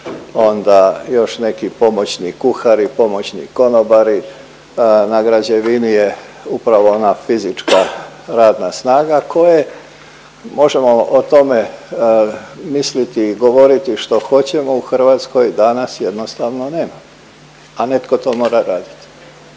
Onda još neki pomoćni kuhari, pomoćni konobari, na građevini je upravo ona fizička radna snaga koje možemo o tome misliti i govoriti što hoćemo u Hrvatskoj, danas jednostavno nema. A netko to mora raditi.